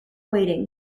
weighting